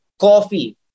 coffee